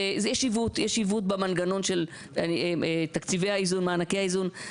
יש עיוות במנגנון של תקציבי האיזון, מענקי האיזון.